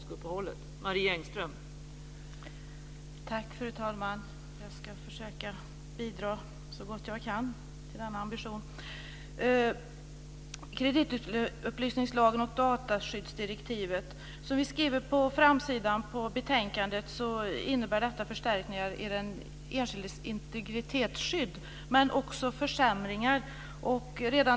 Kreditupplysningslagen och dataskyddsdirektivet innebär förstärkningar av den enskildes integritetsskydd, men också försämringar.